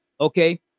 Okay